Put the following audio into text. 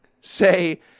Say